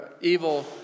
evil